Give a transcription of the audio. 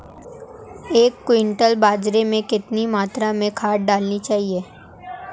एक क्विंटल बाजरे में कितनी मात्रा में खाद डालनी चाहिए?